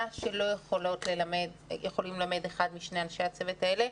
שלא יכולים ללמד אחד משני אנשי הצוות האלה,